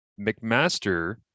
McMaster